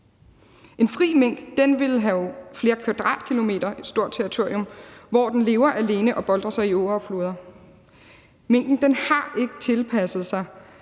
En fri mink vil have flere kvadratkilometer, et stort territorium, hvor den lever alene og boltrer sig i åer og floder. Minken har ikke tilpasset sig